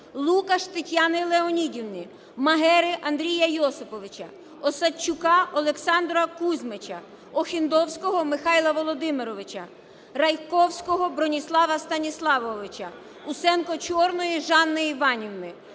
Лукаш Тетяни Леонідівни. Магери Андрія Йосиповича. Осадчука Олександра Кузьмича. Охендовського Михайла Володимировича. Райковського Броніслава Станіславовича. Усенко-Чорної Жанни Іванівни.